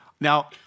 Now